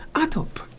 Atop